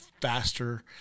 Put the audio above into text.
faster